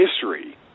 history